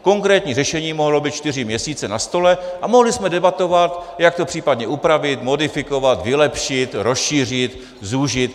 Konkrétní řešení mohlo být čtyři měsíce na stole a mohli jsme debatovat, jak to případně upravit, modifikovat, vylepšit, rozšířit, zúžit.